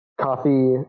coffee